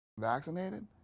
vaccinated